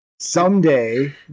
Someday